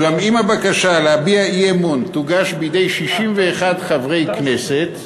אולם אם הבקשה להביע אי-אמון תוגש בידי 61 חברי כנסת,